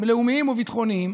לאומיים וביטחוניים,